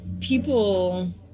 people